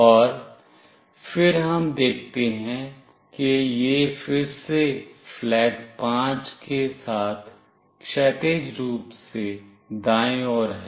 और फिर हम देखते हैं कि यह फिर से flag 5 के साथ क्षैतिज रूप से दाएं और है